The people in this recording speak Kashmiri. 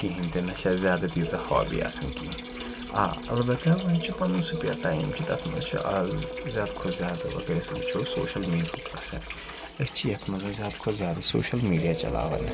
کِہیٖنۍ تہِ نہ چھِ اَسہِ زیادٕ تیٖژاہ ہابی آسان کِہیٖنۍ آ البتہ وَنۍ چھُ پَنُن سُپیر ٹایم چھُ تَتھ منٛز چھِ آز زیادٕ کھۄتہٕ زیاد اگر أسۍ وٕچھُو سوشَل میٖڈیہُک أسۍ چھِ یَتھ منٛز زیادٕ کھۄتہٕ زیادٕ سوشَل میٖڈیا چَلاوان